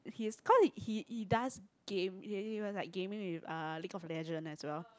his cause he he does game he he was like gaming with uh League of Legend as well